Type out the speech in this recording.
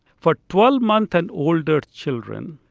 for twelve months and older children,